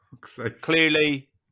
Clearly